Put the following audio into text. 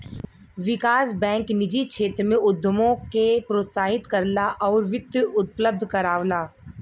विकास bank निजी क्षेत्र में उद्यमों के प्रोत्साहित करला आउर वित्त उपलब्ध करावला